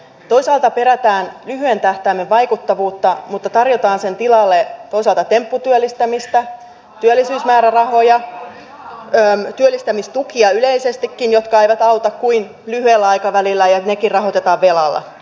toisaalta perätään lyhyen tähtäimen vaikuttavuutta mutta toisaalta tarjotaan sen tilalle tempputyöllistämistä työllisyysmäärärahoja työllistämistukia yleisestikin jotka eivät auta kuin lyhyellä aikavälillä ja nekin rahoitetaan velalla